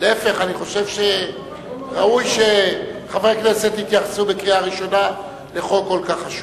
אני חושב שראוי שחברי הכנסת יתייחסו בקריאה ראשונה לחוק כל כך חשוב.